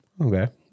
Okay